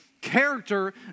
character